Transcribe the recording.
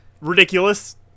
ridiculous